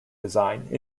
design